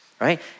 right